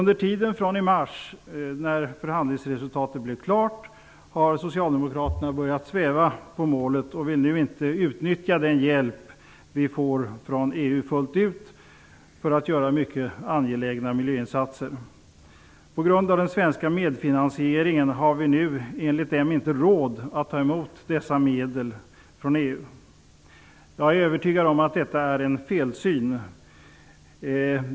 Sedan i mars, när förhandlingsresultatet blev klart, har socialdemokraterna börjat sväva på målet och vill nu inte fullt ut utnyttja den hjälp som vi får från EU till att göra mycket angelägna miljöinsatser. På grund av den svenska medfinansieringen har vi nu, enligt dem, inte råd att ta emot dessa medel från EU. Jag är övertygad om att detta är en felsyn.